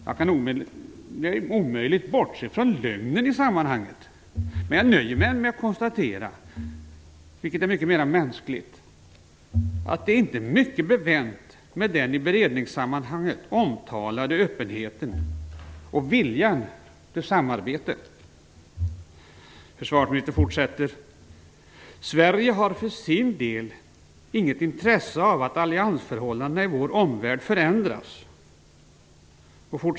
Jag kan omöjligt bortse från lögnen i sammanhanget, men nöjer mig med att konstatera - vilket är mycket mera mänskligt - att det inte är mycket bevänt med den i beredningssammanhanget omtalade öppenheten och viljan till samarbete. Försvarsministern fortsätter: "Sverige har för sin del inget intresse av att alliansförhållandena i vår omvärld förändras.